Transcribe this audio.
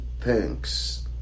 thanks